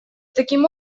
таким